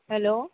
hello